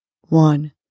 One